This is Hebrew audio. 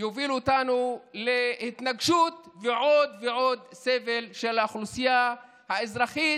יובילו אותנו להתנגשות ולעוד ועוד סבל של האוכלוסייה האזרחית,